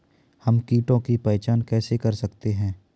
हम कीटों की पहचान कैसे कर सकते हैं?